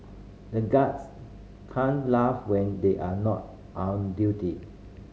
the guards can't laugh when they are not on duty